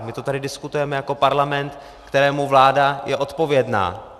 My to tady diskutujeme jako parlament, kterému vláda je odpovědna.